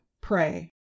pray